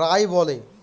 রায় বলে